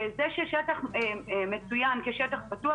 זה ששטח מצוין כשטח פתוח,